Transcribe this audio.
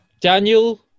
Daniel